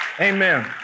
Amen